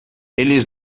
eles